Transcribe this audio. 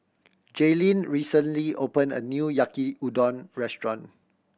Jailyn recently opened a new Yaki Udon Restaurant